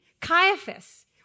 Caiaphas